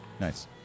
Nice